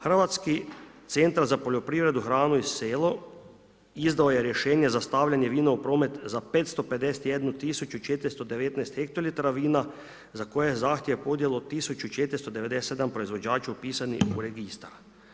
Hrvatski centar za poljoprivredu, hranu i selo, izdao je rješenje za stavljanje vina u promet za 551 tisuća 419 hektolitara vina, za koje je zahtjeve podnijelo 1497 proizvođača upisanih u registar.